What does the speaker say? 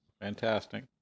Fantastic